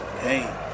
Hey